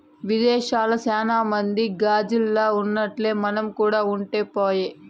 విదేశాల్ల సాన మంది గాజిల్లల్ల ఉన్నట్టే మనం కూడా ఉంటే పాయె